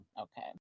Okay